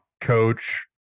coach